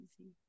easy